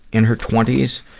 in her twenty s,